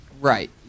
Right